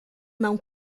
não